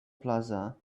plaza